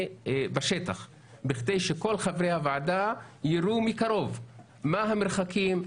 בשטח בכדי שכל חברי הוועדה יראו מקרוב מה המרחקים,